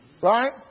Right